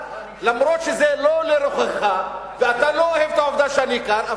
אף שזה לא לרוחך ואתה לא אוהב את העובדה שאני כאן.